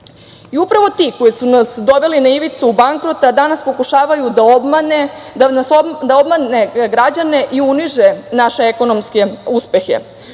deci. Upravo ti koji su nas doveli na ivicu bankrota danas pokušavaju da obmanu građane i uniže naše ekonomske uspehe.